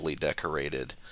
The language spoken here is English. decorated